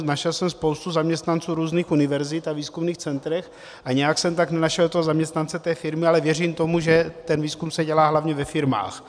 Našel jsem spoustu zaměstnanců různých univerzit a výzkumných center a nějak jsem tam nenašel toho zaměstnance té firmy, ale věřím tomu, že ten výzkum se dělá hlavně ve firmách.